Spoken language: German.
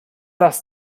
das